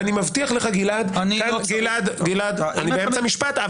ואני מבטיח לך גלעד ------ אני באמצע משפט.